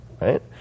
Right